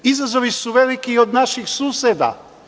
Izazovi su veliki i od naših suseda.